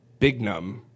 Bignum